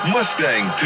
Mustang